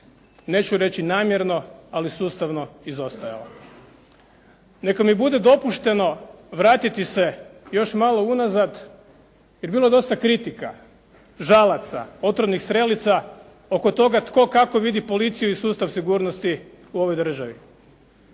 neću reći namjerno ali sustavno izostajala. Neka mi bude dopušteno vratiti se još malo, unazad je bilo dosta kritika, žalaca, otrovnih strelica oko toga tko kako vidi policiju i sustav sigurnosti u ovoj državi.